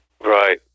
Right